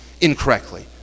incorrectly